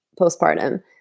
postpartum